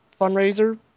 fundraiser